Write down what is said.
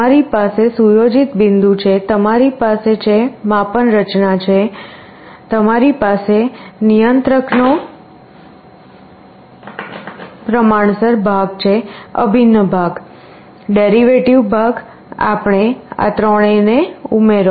તમારી પાસે સુયોજિત બિંદુ છે તમારી પાસે માપન રચના છે તમારી પાસે નિયંત્રકનો પ્રમાણસર ભાગ છે અભિન્ન ભાગ ડેરિવેટિવ ભાગ આપણે આ ત્રણેયને ઉમેરો